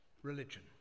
religion